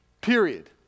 Period